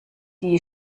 die